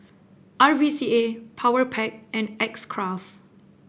R V C A Powerpac and X Craft